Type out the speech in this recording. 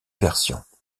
versions